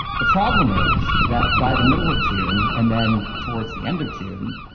the problem is that by the middle of june and then towards the end of june,